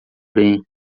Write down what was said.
bem